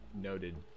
noted